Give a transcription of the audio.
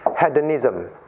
Hedonism